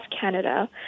Canada